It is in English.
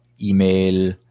email